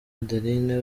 adeline